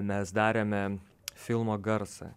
mes darėme filmo garsą